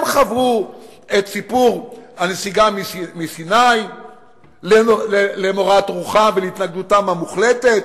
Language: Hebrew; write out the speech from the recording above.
הם חוו את סיפור הנסיגה מסיני למורת רוחם והתנגדותם המוחלטת,